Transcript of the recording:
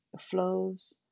flows